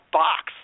box